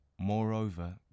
Moreover